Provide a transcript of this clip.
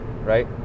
Right